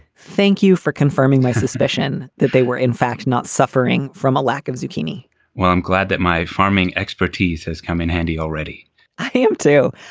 thank you for confirming my suspicion that they were in fact, not suffering from a lack of zucchini well, i'm glad that my farming expertise has come in handy already i am, too.